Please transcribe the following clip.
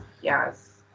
yes